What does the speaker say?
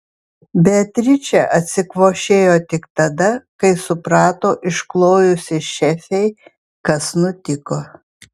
beatričė atsikvošėjo tik tada kai suprato išklojusi šefei kas nutiko